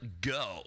go